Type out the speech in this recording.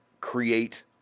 create